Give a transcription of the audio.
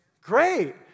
great